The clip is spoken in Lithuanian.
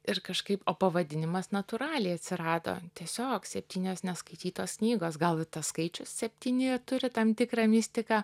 ir kažkaip o pavadinimas natūraliai atsirado tiesiog septynios neskaitytos knygos gal tas skaičius septyni turi tam tikrą mistiką